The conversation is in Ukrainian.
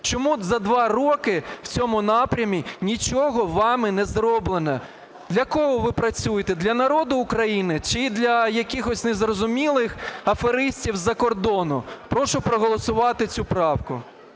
Чому за два роки в цьому напрямі нічого вами не зроблено, для кого ви працюєте: для народу України чи для якихось незрозумілих аферистів із-за кордону? Прошу проголосувати цю правку.